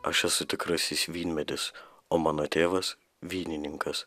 aš esu tikrasis vynmedis o mano tėvas vynininkas